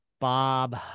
bob